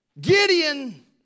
Gideon